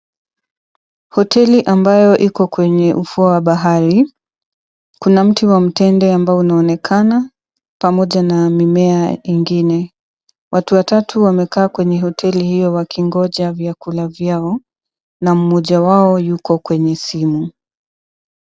Hoteli ambayo Iko kwenye ufuo wa bahari. Kuna mti wa mtende ambao unaonekana pamoja na mimea ingine. Watu watatu wamekaa kwenye hoteli hiyo 𝑤akingoja vyakula vyao 𝑛𝑎 𝑚𝑚𝑜𝑗𝑎 wao yuko kwenye simu.